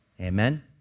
amen